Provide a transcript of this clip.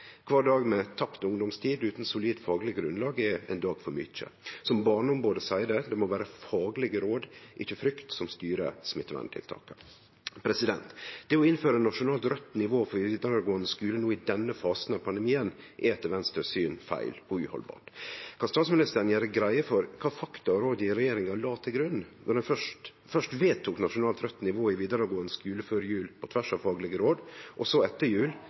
Kvar dag med tapt ungdomstid utan solid fagleg grunnlag er ein dag for mykje. Som Barneombodet seier det: Det må vere faglege råd, ikkje frykt som styrer smitteverntiltaka. Det å innføre nasjonalt raudt nivå for vidaregåande skule no i denne fasen av pandemien er etter Venstres syn feil og uhaldbart. Kan statsministeren gjere greie for kva fakta og råd regjeringa la til grunn då ein fyrst vedtok nasjonalt raudt nivå i vidaregåande skule før jul, på tvers av faglege råd, og så etter jul